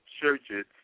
churches